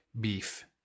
beef